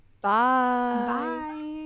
Bye